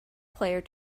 player